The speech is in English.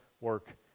work